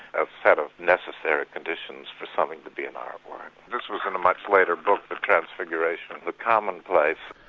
a set of necessary conditions for something to be an art work. this was in a much later book, the transfiguration of the commonplace.